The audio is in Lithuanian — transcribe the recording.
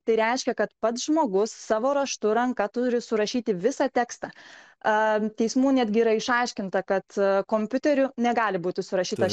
tai reiškia kad pats žmogus savo raštu ranka turi surašyti visą tekstą a teismų netgi yra išaiškinta kad kompiuteriu negali būti surašytas